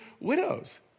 widows